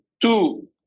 Two